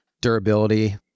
durability